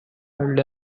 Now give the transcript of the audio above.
held